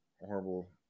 horrible